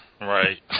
Right